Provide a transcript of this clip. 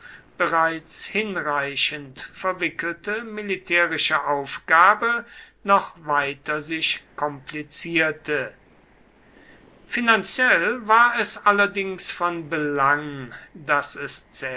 bereits hinreichend verwickelte militärische aufgabe noch weiter sich komplizierte finanziell war es allerdings von belang daß es